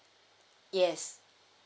yes